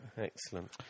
Excellent